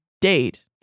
date